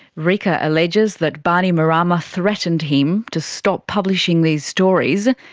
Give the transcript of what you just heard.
rika alleges that bainimarama threatened him to stop publishing these stories,